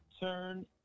turn